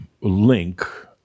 link